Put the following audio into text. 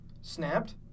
snapped